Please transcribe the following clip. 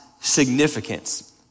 significance